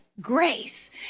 grace